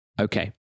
Okay